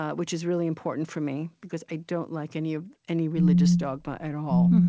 ah which is really important for me, because i don't like any ah any religious dogma at all.